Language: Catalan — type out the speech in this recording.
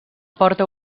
porta